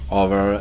over